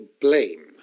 blame